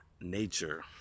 nature